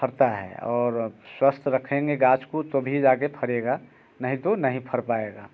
फरता है और स्वस्थ रखेंगे गाछ को तभी जाके फरेगा नहीं तो नहीं फर पाएगा